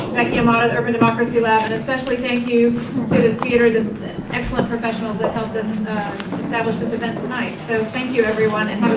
becky amato, the urban democracy lab and especially thank you to the theater, the excellent professionals that helped us establish this event tonight. so thank you everyone and